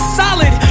solid